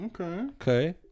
okay